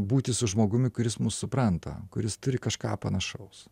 būti su žmogumi kuris mus supranta kuris turi kažką panašaus